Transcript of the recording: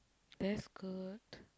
that's good